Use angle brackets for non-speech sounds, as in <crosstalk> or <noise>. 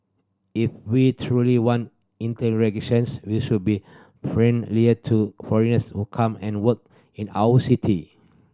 if we truly want <unintelligible> we should be friendlier to foreigners who come and work in our city